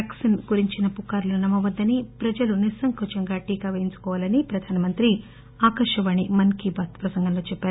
vaccine గురించిన పుకార్లు నమ్మ వద్దని ప్రజలు నిస్సంకోచంగా టీకా పేయించుకోవాలనీ ప్రధాన మంత్రి ఆకాశవాణి మన్ కీ బాత్ లో చెప్పారు